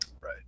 right